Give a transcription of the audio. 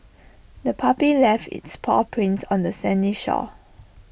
the puppy left its paw prints on the sandy shore